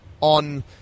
on